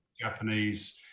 Japanese